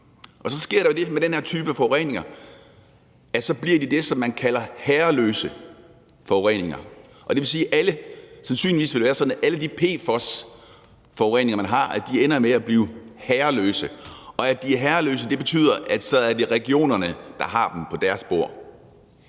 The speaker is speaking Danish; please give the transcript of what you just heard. Og så sker der jo det med den her type forureninger, at de bliver det, som man kalder herreløse forureninger. Sandsynligvis vil det være sådan, at alle de PFOS-forureninger, man har, ender med at blive herreløse, og at de er herreløse, betyder, at det så er regionerne, der har dem på deres bord,